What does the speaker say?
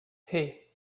hey